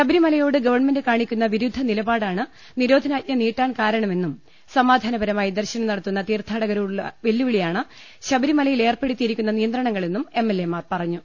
ശബ രിമലയോട് ഗവൺമെന്റ് കാണിക്കുന്ന വിരുദ്ധ നിലപാടാണ് നിരോ ധനാജ്ഞ നീട്ടാൻ കാരണമെന്നും സമാധാനപരമായി ദർശനം നട ത്തുന്ന തീർത്ഥാടകരോടുള്ള വെല്ലുവിളിയാണ് ശബരിമലയിലേർപ്പെ ടുത്തിയിരിക്കുന്ന നിയന്ത്രണങ്ങളെന്നും എംഎൽഎമാർ പറഞ്ഞു